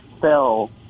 fell